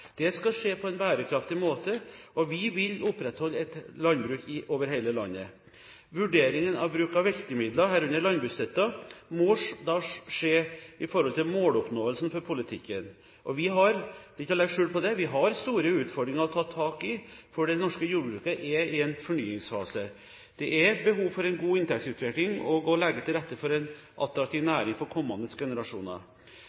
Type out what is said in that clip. Det skal skje på en bærekraftig måte, og vi vil opprettholde et landbruk over hele landet. Vurderingen av bruken av virkemidler, herunder landbruksstøtten, må skje i forhold til måloppnåelsen for politikken, og vi har – det er ikke noe å legge skjul på – store utfordringer å ta tak i, for det norske jordbruket er i en fornyingsfase. Det er behov for en god inntektsutvikling og å legge til rette for en attraktiv